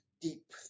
deep